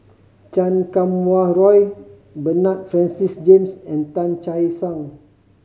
Chan Kum Wah Roy Bernard Francis James and Tan Che Sang